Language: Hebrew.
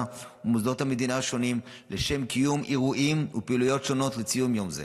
ומוסדות המדינה השונים לשם קיום אירועים ופעילויות שונות לציון יום זה.